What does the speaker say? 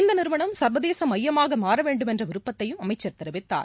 இந்த நிறுவனம் சர்வதேச மையமாக மாறவேண்டுமென்ற விருப்பத்தையும் அமைச்சர் தெரிவித்தார்